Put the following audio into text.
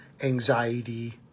anxiety